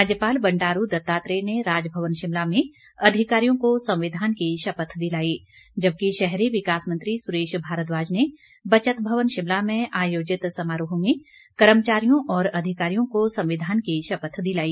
राज्यपाल बंडारू दत्तात्रेय ने राजभवन शिमला में अधिकारियों को संविधान की शपथ दिलाई जबकि शहरी विकास मंत्री सुरेश भारद्वाज ने बचत भवन शिमला में आयोजित समारोह में कर्मचारियों और अधिकारियों को संविधान की शपथ दिलाई